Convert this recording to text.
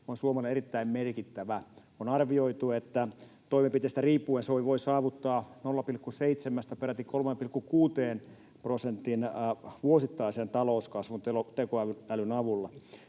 on Suomelle erittäin merkittävä. On arvioitu, että toimenpiteistä riippuen Suomi voi saavuttaa tekoälyn avulla vuosittaisen talouskasvun 0,7:stä peräti